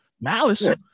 malice